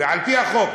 על-פי החוק,